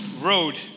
road